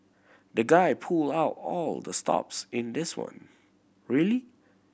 the guy pulled out all the stops in this one really